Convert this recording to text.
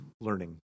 learning